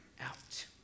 out